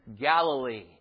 Galilee